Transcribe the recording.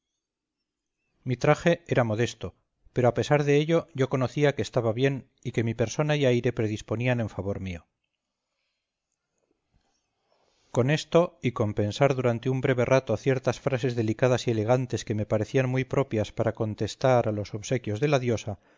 mi traje era modesto pero a pesar de ello yo conocía que estaba bien y que mi persona y aire predisponían en favor mío con esto y con pensar durante un breve rato ciertas frases delicadas y elegantes que me parecían muy propias para contestar a los obsequios de la diosa